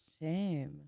Shame